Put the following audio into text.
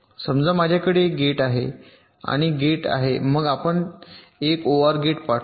समजा माझ्याकडे येथे एक गेट आहे आणि गेट आहे मग आपण एक ओआर गेट पाठवू